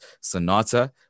Sonata